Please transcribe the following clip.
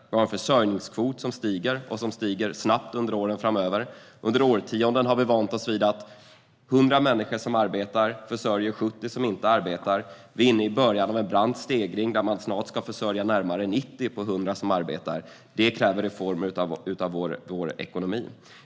Vi har en försörjningskvot som stiger snabbt under åren framöver. Under årtionden har vi vant oss vid att 100 människor som arbetar försörjer 70 som inte arbetar. Nu är vi i början av en brant stegring där 100 som arbetar snart ska försörja närmare 90. Det kräver reformer av vår ekonomi.